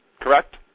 correct